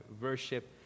worship